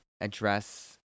address